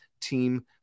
team